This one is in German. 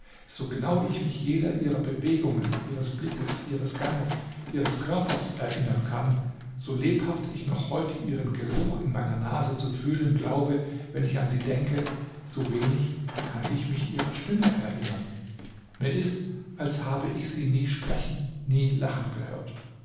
so genau ich mich jeder ihrer bewegungen ihres blickes ihres ganges ihres körpers erinnern kann so lebhaft ich noch heute ihren geruch in meiner nase zu fühlen glaube wenn ich an sie denke so wenig kann ich mich ihrer stimme erinnern mir ist als habe ich sie nie sprechen nie lachen gehört